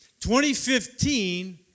2015